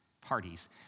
parties